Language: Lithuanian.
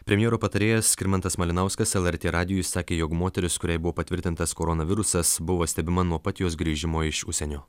premjero patarėjas skirmantas malinauskas lrt radijui sakė jog moteris kuriai buvo patvirtintas koronavirusas buvo stebima nuo pat jos grįžimo iš užsienio